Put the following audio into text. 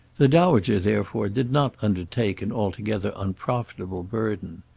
the dowager, therefore, did not undertake an altogether unprofitable burden.